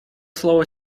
слово